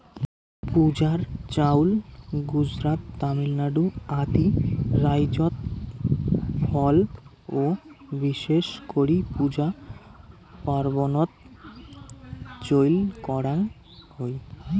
পূজার চাউল গুজরাত, তামিলনাড়ু আদি রাইজ্যত ফল ও বিশেষ করি পূজা পার্বনত চইল করাঙ হই